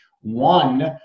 one